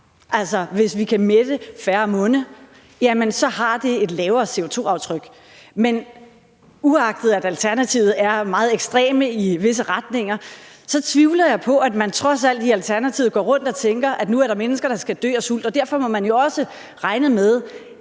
altså at hvis vi skal mætte færre munde, har det et lavere CO2-aftryk. Men uagtet at Alternativet er meget ekstreme i visse retninger, tvivler jeg trods alt på, at man i Alternativet går rundt og tænker, at nu er der mennesker, der skal dø af sult. Og derfor må man jo også regne med,